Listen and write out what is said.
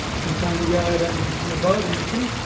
sometimes we go out and in a boat, in a tinnie,